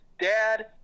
dad